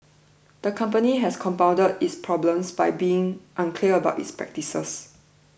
the company has compounded its problems by being unclear about its practices